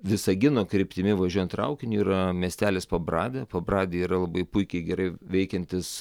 visagino kryptimi važiuojant traukiniu yra miestelis pabradė pabradėj yra labai puikiai gerai veikiantis